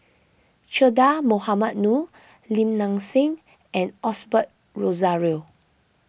Che Dah Mohamed Noor Lim Nang Seng and Osbert Rozario